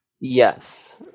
Yes